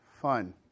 fun